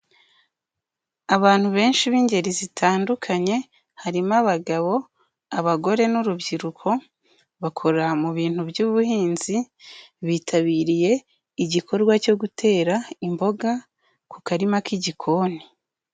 Abantu benshi b'ingeri zitandukanye, harimo abagabo, abagore n'urubyiruko, bakora mu bintu by'ubuhinzi, bitabiriye igikorwa cyo gutera imboga ku karima k'igikoni.